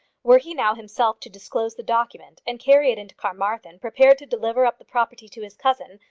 were he now himself to disclose the document and carry it into carmarthen, prepared to deliver up the property to his cousin,